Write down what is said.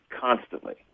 constantly